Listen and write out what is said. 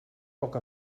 poc